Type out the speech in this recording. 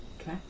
Okay